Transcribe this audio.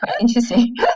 interesting